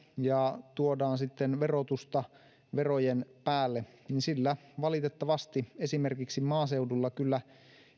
ja tuodaan sitten verotusta verojen päälle niin sillä valitettavasti esimerkiksi maaseudulla kyllä